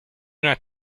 not